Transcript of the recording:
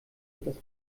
dass